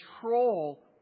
control